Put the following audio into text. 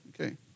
Okay